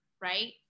right